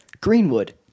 Greenwood